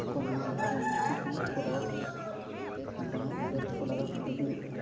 ᱟᱠᱚ ᱱᱚᱣᱟ ᱵᱷᱟᱨᱚᱛ ᱱᱩᱠᱩ ᱛᱩᱲᱩᱠ ᱠᱚ ᱞᱟᱜᱟ ᱠᱚ ᱞᱟᱹᱜᱤᱫ ᱡᱟᱦᱟᱸ ᱤᱝᱨᱮᱡᱽ ᱠᱚ ᱞᱟᱜᱟ ᱠᱚ ᱞᱟᱹᱜᱤᱫ